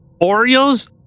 Oreos